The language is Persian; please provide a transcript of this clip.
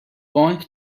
بانک